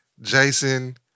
Jason